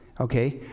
okay